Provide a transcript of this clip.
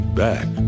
back